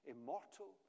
Immortal